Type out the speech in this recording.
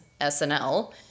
SNL